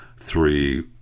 three